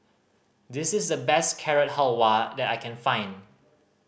this is the best Carrot Halwa that I can find